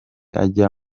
ajya